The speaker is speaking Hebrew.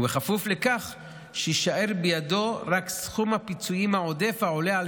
בכפוף לכך שיישאר בידו רק סכום הפיצויים העודף העולה על